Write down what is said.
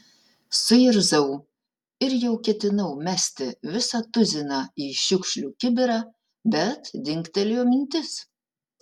suirzau ir jau ketinau mesti visą tuziną į šiukšlių kibirą bet dingtelėjo mintis